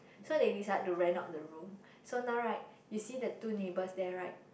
so they decide to rent out the room so now right you see the two neighbors there right